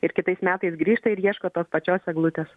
ir kitais metais grįžta ir ieško tos pačios eglutės